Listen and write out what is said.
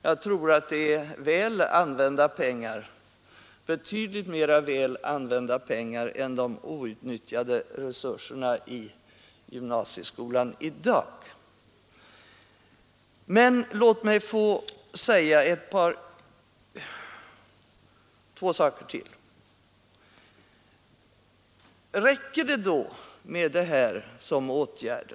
Jag tror att det är väl använda pengar, betydligt mera väl använda pengar än de outnyttjade resurserna i gymnasieskolan i dag. Låt mig få säga ytterligare ett par saker. Räcker det då med detta som åtgärd?